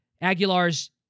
Aguilar's